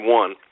one